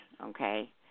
okay